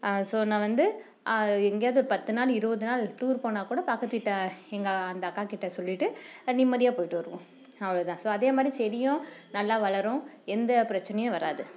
so நான் வந்து எங்கேயாவது பத்து நாள் இருபது நாள் டூர் போனால்க்கூட பக்கத்துவீட்டு அந்த அக்காக்கிட்டே சொல்லிவிட்டு நிம்மதியாக போய்விட்டு வருவோம் அவ்வளவுதான் ஸோ அதேமாதிரி செடியும் நல்லா வளரும் எந்தப் பிரச்சினையும் வராது